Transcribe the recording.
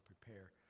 prepare